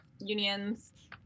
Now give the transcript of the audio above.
unions